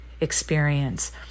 experience